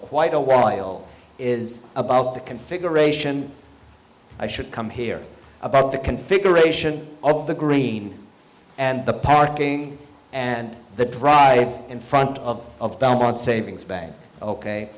quite a while is about the configuration i should come here about the configuration of the green and the parking and the drive in front of babylon savings bank ok